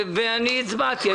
אני הצבעתי.